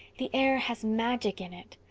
the air has magic in it.